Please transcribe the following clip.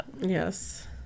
Yes